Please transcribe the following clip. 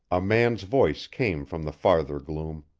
a man's voice came from the farther gloom,